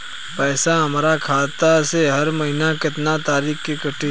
पैसा हमरा खाता से हर महीना केतना तारीक के कटी?